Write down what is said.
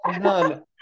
none